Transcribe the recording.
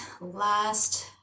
last